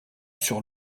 sur